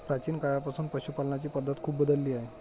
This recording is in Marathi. प्राचीन काळापासून पशुपालनाची पद्धत खूप बदलली आहे